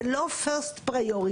זה לא בעדיפות ראשונה,